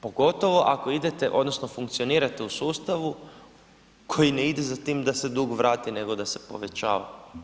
Pogotovo ako idete, odnosno funkcionirate u sustavu koji ne ide za tih da se dug vrati nego da se povećava.